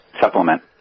supplement